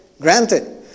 Granted